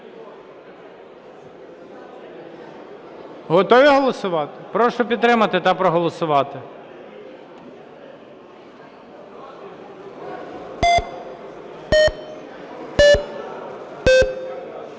Готові голосувати? Прошу підтримати та проголосувати.